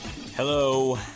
Hello